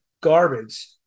garbage